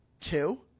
Two